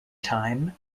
time